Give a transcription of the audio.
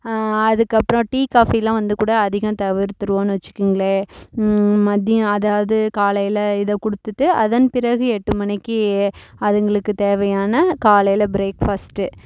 அதுக்கப்றம் டீ காஃபிலாம் வந்து கூட அதிகம் தவிர்த்துடுவோன்னு வச்சிக்கோங்களேன் மதியம் அதாவது காலையில் இதை கொடுத்துட்டு அதன் பிறகு எட்டு மணிக்கு அவங்களுக்கு தேவையான காலையில் பிரேக்ஃபாஸ்ட்டு